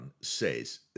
says